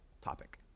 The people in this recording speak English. topic